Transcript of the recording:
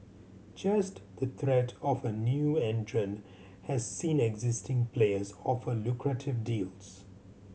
just the threat of a new entrant has seen existing players offer lucrative deals